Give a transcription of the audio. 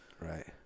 Right